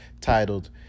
titled